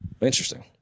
Interesting